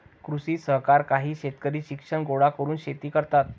कृषी सहकार काही शेतकरी शिक्षण गोळा करून शेती करतात